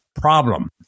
problem